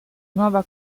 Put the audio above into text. nuova